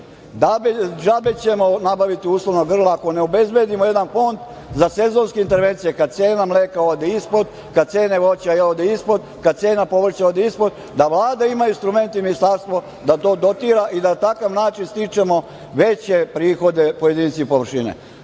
džabe ćemo nabaviti uslovna grla ako ne obezbedimo jedan fond za sezonske intervencije kada cena mleka ode ispod, kada cene voća odu ispod, da Vlada ima instrumente i ministarstvo da to dotira i na takav način stičemo veće prihode po jedinici površine. Ja